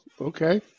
okay